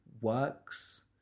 works